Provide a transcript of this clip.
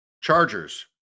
Chargers